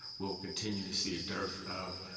we'll continue to see a dearth of,